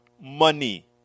money